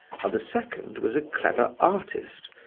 while the second was a clever artist,